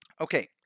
Okay